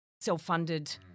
self-funded